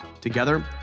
Together